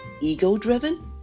ego-driven